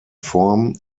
form